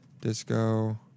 disco